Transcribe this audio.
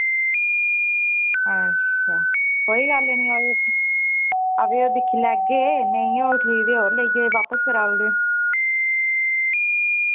अच्छ कोई गल्ल आयो आवेओ दिक्खी लैगे नेईं होग ठीक ते और लेई जायो बापस कराऊड़ेओ